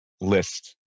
list